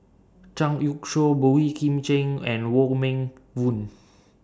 Zhang Youshuo Boey Kim Cheng and Wong Meng Voon